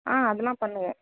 ஆ அதெலாம் பண்ணுவோம்